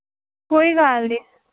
ਕੋਈ ਗੱਲ ਨਹੀਂ